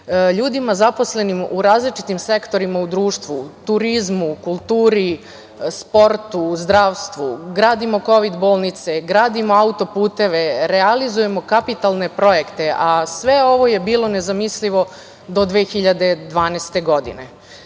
ljudima zaposlenim u različitim sektorima u društvu, turizmu, kulturi, sportu, zdravstvu, gradimo kovid bolnice, gradimo autoputeve, realizujemo kapitalne projekte, a sve ovo je bilo nezamislivo do 2012. godine. Kako